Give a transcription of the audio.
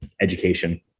education